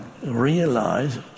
realize